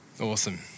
Awesome